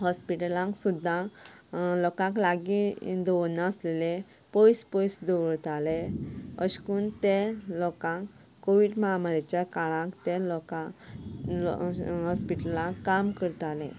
हॉस्पिटलांत सुद्दां लोकांक लागीं दवरनाशिल्ले पयस पयस दवरताले अशें करून ते लोकांक कोवीड महामारीच्या काळांत ते लोकांक तें हॉस्पिटलांत काम करताले